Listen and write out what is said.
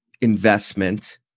investment